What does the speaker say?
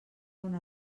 una